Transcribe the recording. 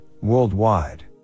worldwide